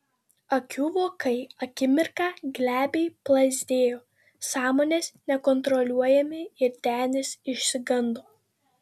akių vokai akimirką glebiai plazdėjo sąmonės nekontroliuojami ir denis išsigando